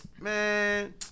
man